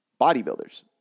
bodybuilders